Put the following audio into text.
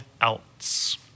else